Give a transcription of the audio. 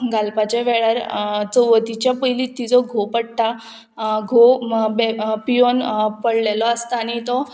घालपाच्या वेळार चवथीच्या पयलीं तिजो घोव पडटा घोव बे पिवून पडलेलो आसता आनी तो